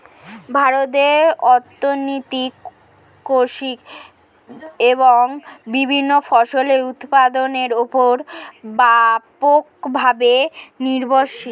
ভারতের অর্থনীতি কৃষি এবং বিভিন্ন ফসলের উৎপাদনের উপর ব্যাপকভাবে নির্ভরশীল